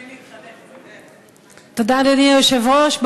באים להתחנף, תודה, אדוני היושב-ראש.